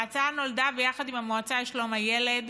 ההצעה נולדה ביחד עם המועצה לשלום הילד,